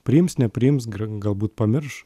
priims nepriims gra galbūt pamirš